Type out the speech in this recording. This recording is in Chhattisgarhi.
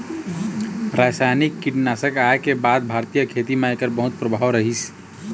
रासायनिक कीटनाशक आए के बाद भारतीय खेती म एकर बहुत प्रभाव रहीसे